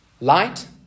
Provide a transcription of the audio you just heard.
Light